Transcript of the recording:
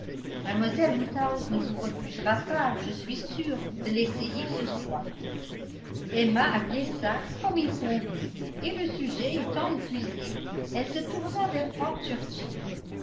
mlle woodhouse ne nous refusera pas je suis sûre de l'essayer ce soir emma acquiesça comme il convenait et le sujet étant épuisé elle se tourna vers frank